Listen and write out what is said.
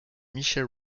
michel